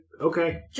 Okay